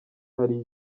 hari